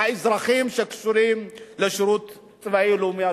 האזרחיות שקשורות לשירות צבאי או לאומי,